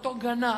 אותו גנב,